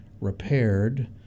repaired